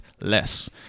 less